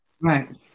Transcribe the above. Right